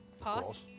pass